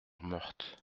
meurthe